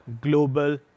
global